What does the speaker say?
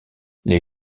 les